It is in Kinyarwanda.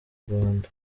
rwanda